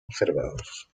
observados